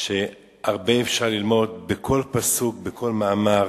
הרבה אפשר ללמוד בכל פסוק, בכל מאמר,